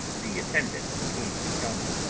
the attendant came to tell me,